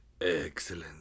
Excellent